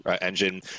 engine